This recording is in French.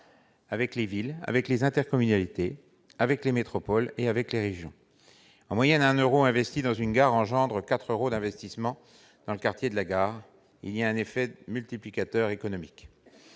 avec les villes, les intercommunalités, les métropoles et les régions. En moyenne, un euro investi dans une gare entraîne quatre euros d'investissement dans le quartier de celle-ci. Il y a donc un effet de multiplicateur économique.